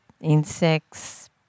insects